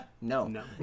No